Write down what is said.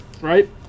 right